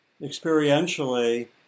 experientially